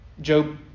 Job